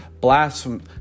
blaspheme